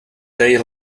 day